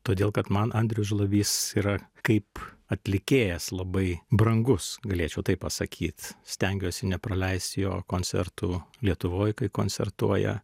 todėl kad man andrius žlabys yra kaip atlikėjas labai brangus galėčiau tai pasakyt stengiuosi nepraleist jo koncertų lietuvoj kai koncertuoja